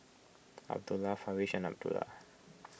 Abdullah Farish and Abdullah